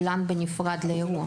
קבלן בנפרד לאירוע.